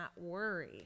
worry